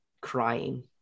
crying